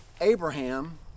Abraham